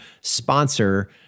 sponsor